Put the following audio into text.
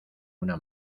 una